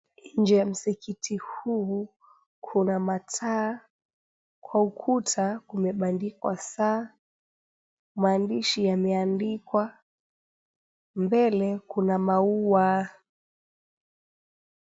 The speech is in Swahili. Nje ya msikiti huu kuna mataa, kwa ukuta kumebandikwa saa, maandishi yameandikwa, mbele kuna maua.